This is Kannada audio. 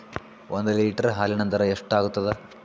ಒಂದ್ ಲೀಟರ್ ಹಾಲಿನ ದರ ಎಷ್ಟ್ ಆಗತದ?